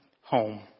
home